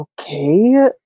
okay